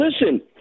listen